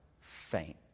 faint